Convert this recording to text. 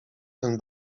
ten